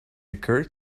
occurred